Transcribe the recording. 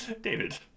David